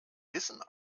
wissen